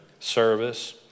service